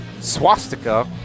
swastika